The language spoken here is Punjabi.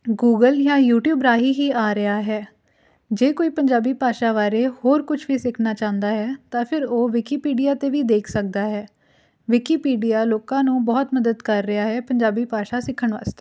ਗੂਗਲ ਜਾਂ ਯੂਟਿਊਬ ਰਾਹੀਂ ਹੀ ਆ ਰਿਹਾ ਹੈ ਜੇ ਕੋਈ ਪੰਜਾਬੀ ਭਾਸ਼ਾ ਬਾਰੇ ਹੋਰ ਕੁਛ ਵੀ ਸਿੱਖਣਾ ਚਾਹੁੰਦਾ ਹੈ ਤਾਂ ਫਿਰ ਉਹ ਵਿਕੀਪੀਡੀਆ 'ਤੇ ਵੀ ਦੇਖ ਸਕਦਾ ਹੈ ਵਿਕੀਪੀਡੀਆ ਲੋਕਾਂ ਨੂੰ ਬਹੁਤ ਮਦਦ ਕਰ ਰਿਹਾ ਹੈ ਪੰਜਾਬੀ ਭਾਸ਼ਾ ਸਿੱਖਣ ਵਾਸਤੇ